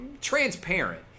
transparent